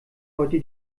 heute